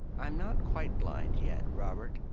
i'm not quite blind yet, robert.